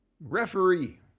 Referee